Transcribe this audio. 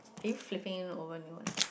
are you flipping in over new one